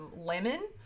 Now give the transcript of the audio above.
lemon